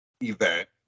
event